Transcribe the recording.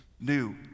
new